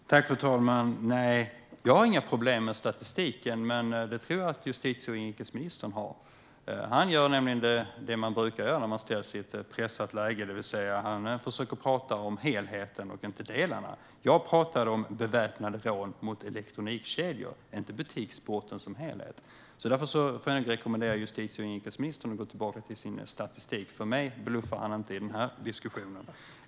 Fru talman! Jag har inga problem med statistiken, men det tror jag att justitie och inrikesministern har. Han gör nämligen det man brukar göra när man ställs i ett pressat läge, det vill säga att han försöker prata om helheten, inte delarna. Jag talar om väpnade rån mot elektronikkedjor, inte butiksbrott som helhet. Därför rekommenderar jag justitie och inrikesministern att gå tillbaka till sin statistik. Mig bluffar han inte i den här diskussionen.